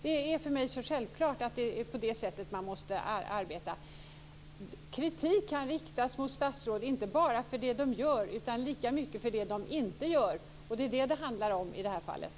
Det är för mig alldeles självklart att det är på det sättet man måste arbeta. Kritik kan riktas mot statsråd inte bara för det de gör utan lika mycket för det de inte gör. Det är detta det handlar om i det här fallet.